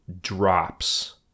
drops